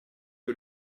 que